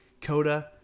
Coda